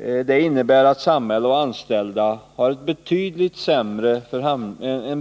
Det innebär att samhälle och anställda har en